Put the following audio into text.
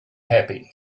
happy